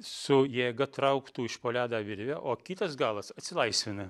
su jėga trauktų iš po ledą virvę o kitas galas atsilaisvina